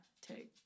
Take